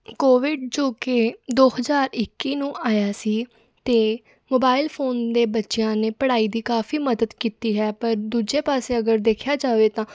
Covid ਜੋ ਕਿ ਦੋ ਹਜ਼ਾਰ ਇੱਕੀ ਨੂੰ ਆਇਆ ਸੀ ਅਤੇ ਮੋਬਾਇਲ ਫੋਨ ਦੇ ਬੱਚਿਆਂ ਨੇ ਪੜ੍ਹਾਈ ਦੀ ਕਾਫੀ ਮਦਦ ਕੀਤੀ ਹੈ ਪਰ ਦੂਜੇ ਪਾਸੇ ਅਗਰ ਦੇਖਿਆ ਜਾਵੇ ਤਾਂ